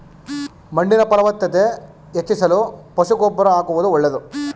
ಮಣ್ಣಿನ ಫಲವತ್ತತೆ ಹೆಚ್ಚಿಸಲು ಪಶು ಗೊಬ್ಬರ ಆಕುವುದು ಒಳ್ಳೆದು